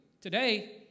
Today